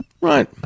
Right